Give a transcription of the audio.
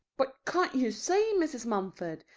but can't you see, mrs. mumford,